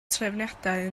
trefniadau